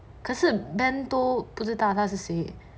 可是 ben 都不知他是谁